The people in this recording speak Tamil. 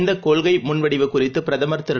இந்தகொள்கைமுன்வடிவு குறித்துபிரதமர் திரு